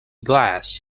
glass